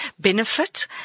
benefit